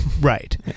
Right